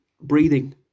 Breathing